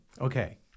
okay